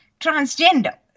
transgender